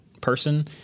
person